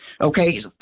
okay